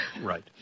Right